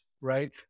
right